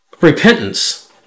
repentance